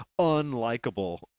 unlikable